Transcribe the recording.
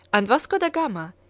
and vasco da gama,